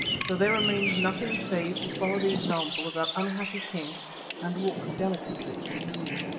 so there remained nothing save to follow the example of that unhappy king and walk delicately to doom.